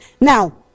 Now